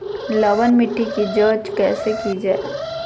लवन मिट्टी की जच कैसे की जय है?